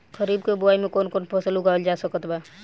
खरीब के बोआई मे कौन कौन फसल उगावाल जा सकत बा?